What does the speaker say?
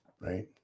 right